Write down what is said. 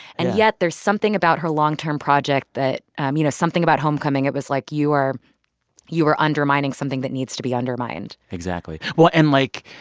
and yet, there's something about her long-term project that um you know, something about homecoming. it was like you were you were undermining something that needs to be undermined exactly. well and, like,